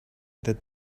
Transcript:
that